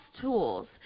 tools